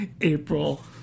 April